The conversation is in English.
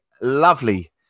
lovely